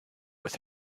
with